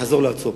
יחזור לארצו,